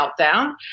meltdown